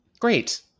Great